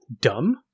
dumb